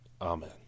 Amen